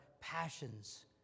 passions